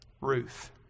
Ruth